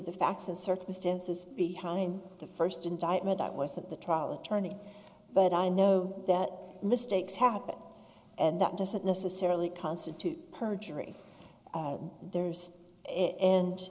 the facts and circumstances behind the first indictment that was at the trial attorney but i know that mistakes happen and that doesn't necessarily constitute perjury there's